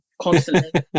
constantly